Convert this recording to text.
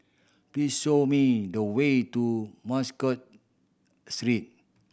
please show me the way to Muscat Sleep